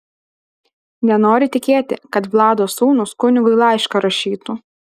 nenoriu tikėti kad vlado sūnūs kunigui laišką rašytų